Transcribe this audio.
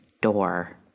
door